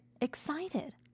excited